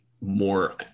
more